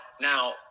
now